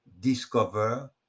discover